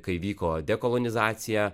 kai vyko dekolonizacija